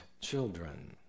children